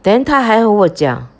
then 他还跟我讲